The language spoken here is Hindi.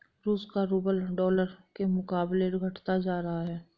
रूस का रूबल डॉलर के मुकाबले घटता जा रहा है